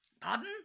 Pardon